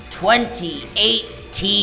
2018